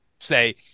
say